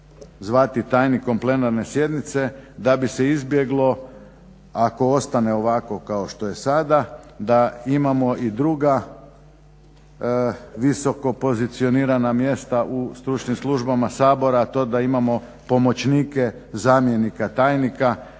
zvati tajnikom Plenarne sjednice da bi se izbjeglo ako ostane ovako kao što je sada da imamo i druga visoko pozicionirana mjesta u stručnim službama Sabora a to je da imamo pomoćnike zamjenika tajnika.